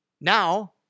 now